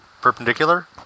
perpendicular